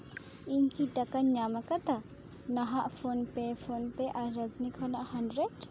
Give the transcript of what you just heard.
ᱤᱧ ᱠᱤ ᱴᱟᱠᱟᱧ ᱧᱟᱢ ᱟᱠᱟᱫᱟ ᱱᱟᱦᱟᱜ ᱯᱷᱳᱱ ᱯᱮ ᱯᱷᱳᱱ ᱯᱮ ᱟᱨ ᱨᱚᱡᱽᱱᱤ ᱠᱷᱚᱱᱟᱜ ᱦᱟᱱᱰᱨᱮᱰ